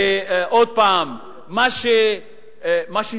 אתה משווה, לבגידה?